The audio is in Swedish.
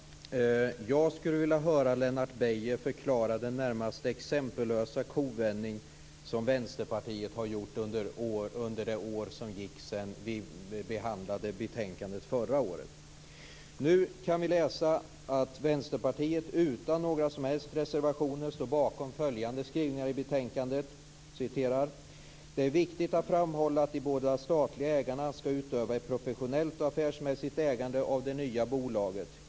Fru talman ! Jag skulle vilja höra Lennart Beijer förklara den närmast exempellösa kovändning som Vänsterpartiet har gjort under det år som har gått sedan vi behandlade detta ärende förra året. Nu kan vi läsa att Vänsterpartiet utan några som helst reservationer står bakom följande skrivningar i betänkandet: "Det är viktigt att framhålla att de båda statliga ägarna skall utöva ett professionellt och affärsmässigt ägande av det nya bolaget.